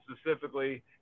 specifically